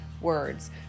words